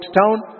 town